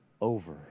over